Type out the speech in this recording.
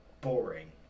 boring